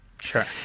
Sure